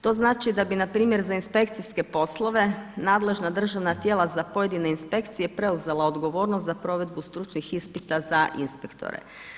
To znači da bi npr. za inspekcijske poslove nadležna državna tijela za pojedine inspekcije preuzela odgovornost, za provedbu stručnih ispita za inspektore.